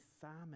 Simon